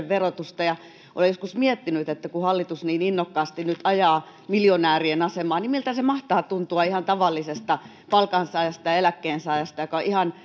verotusta olen joskus miettinyt että kun hallitus niin innokkaasti nyt ajaa miljonäärien asemaa niin miltä se mahtaa tuntua ihan tavallisesta palkansaajasta ja eläkkeensaajasta joka ihan